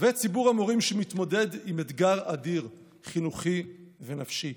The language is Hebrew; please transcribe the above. וציבור המורים מתמודד עם אתגר אדיר, חינוכי ונפשי.